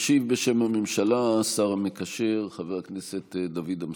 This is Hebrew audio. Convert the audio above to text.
בשם הממשלה ישיב השר המקשר חבר הכנסת דוד אמסלם.